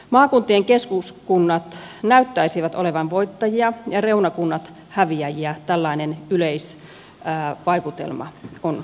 maakuntien keskuskunnat näyttäisivät olevan voittajia ja reunakunnat häviäjiä tällainen yleisvaikutelma on selvä